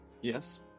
Yes